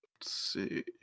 see